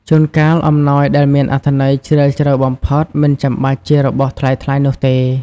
ជួនកាល អំណោយដែលមានអត្ថន័យជ្រាលជ្រៅបំផុត មិនចាំបាច់ជារបស់ថ្លៃៗនោះទេ។